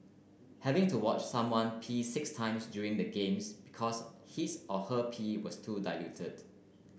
having to watch someone pee six times during the games because his or her pee was too diluted